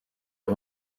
aho